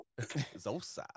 Zosa